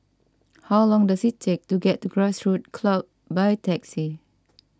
how long does it take to get to Grassroots Club by taxi